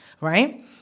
Right